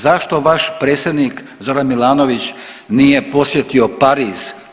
Zašto vaš predsjednik Zoran Milanović nije posjetio Pariz?